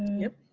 yep.